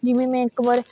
ਜਿਵੇਂ ਮੈਂ ਇੱਕ ਵਾਰ